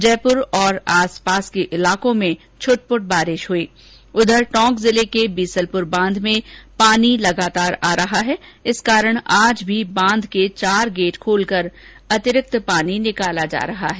जयपुर और आसपास के इलाकों में छुटपुट बारिश हुई उधर टोंक जिले के बीसलपुर बांध में पानी लगातार आ रहा है इस कारण आज भी बांध के चार गेट खोलकर अतिरिक्त पानी निकाला जा रहा है